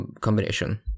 combination